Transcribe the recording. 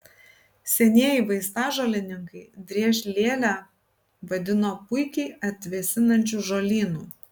senieji vaistažolininkai driežlielę vadino puikiai atvėsinančiu žolynu